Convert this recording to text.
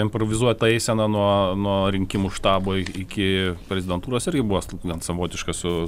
improvizuota eisena nuo nuo rinkimų štabo iki prezidentūros irgi buvo gan savotiška su